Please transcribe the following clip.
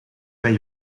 bij